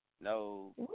No